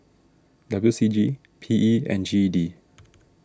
W C G P E and G E D